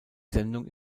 sendung